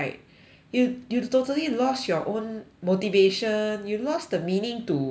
you you totally lost your own motivation you lost the meaning to